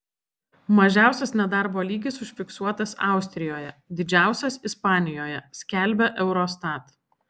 mažiausias nedarbo lygis užfiksuotas austrijoje didžiausias ispanijoje skelbia eurostat